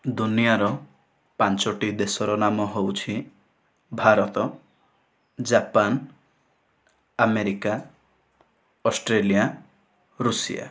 ଦୁନିଆର ପାଞ୍ଚଟି ଦେଶର ନାମ ହେଉଛି Bharat Japan America Australia Russia